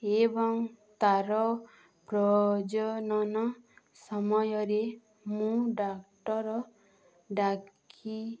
ଏବଂ ତା'ର ପ୍ରଜନନ ସମୟରେ ମୁଁ ଡ଼ାକ୍ତର ଡ଼ାକି